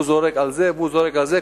והוא זורק על זה והוא זורק על זה,